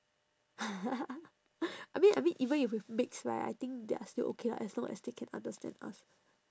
I mean I mean even if we mix right I think they are still okay lah as long as they can understand us